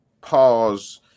pause